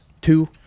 Two